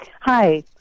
Hi